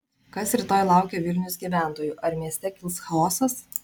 kas rytoj laukia vilnius gyventojų ar mieste kils chaosas